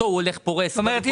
זאת אומרת,